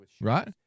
right